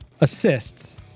assists